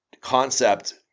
concept